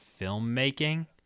filmmaking